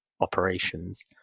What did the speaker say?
operations